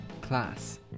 Class